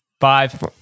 Five